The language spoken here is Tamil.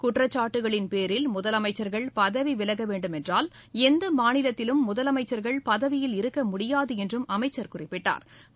குற்றச்சாட்டுக்களின் பேரில் முதலமைச்சா்கள் பதவி விலக வேண்டும் என்றால் எந்த மாநிலத்திலும் முதலமைச்சா்கள் பதவியில் இருக்க முடியாது என்றும் அமைச்சா் குறிப்பிட்டாா்